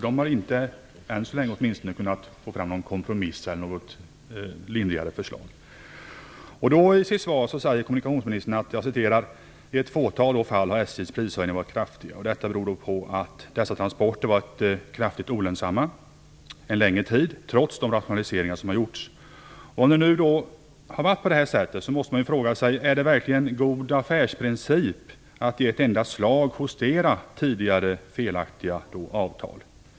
Det företaget har åtminstone inte ännu kunnat få fram någon kompromiss eller något lindrigare förslag. I kommunikationsministerns svar säger hon: "I ett fåtal fall har SJ:s prishöjningar varit kraftiga. Detta beror då på att dessa transporter varit kraftigt olönsamma en längre tid, trots de rationaliseringar som gjorts." Om det har varit på det sättet måste man fråga sig om det verkligen är en god affärsprincip att i ett enda slag justera tidigare felaktiga avtal.